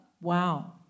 Wow